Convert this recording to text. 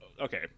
Okay